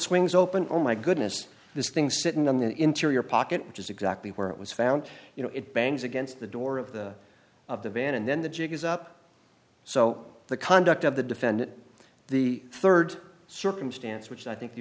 swings open oh my goodness this thing sitting on the interior pocket which is exactly where it was found you know it bangs against the door of the of the van and then the jig is up so the conduct of the defendant the third circumstance which i think the